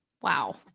wow